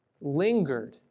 lingered